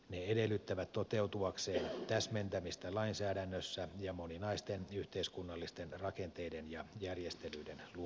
ne edellyttävät toteutuakseen täsmentämistä lainsäädännössä ja moninaisten yhteiskunnallisten rakenteiden ja järjestelyiden luomista